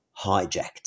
hijacked